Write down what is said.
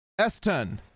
S10